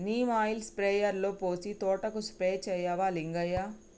neem oil స్ప్రేయర్లో పోసి తోటకు స్ప్రే చేయవా లింగయ్య